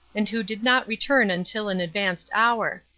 and who did not return until an advanced hour.